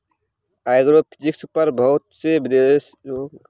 agrophysics पर बहुत से देशों में अभिनव शोध एवं प्रयोग हो रहा है